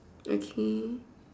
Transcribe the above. okay